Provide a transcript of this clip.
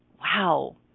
Wow